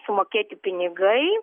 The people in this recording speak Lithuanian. sumokėti pinigai